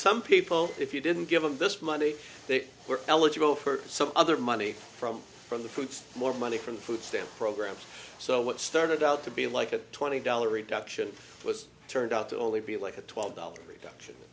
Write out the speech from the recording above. some people if you didn't give them this money they were eligible for some other money from from the food more money from food stamp programs so what started out to be like a twenty dollar reduction was turned out to only be like a twelve dollars reduction